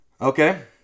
Okay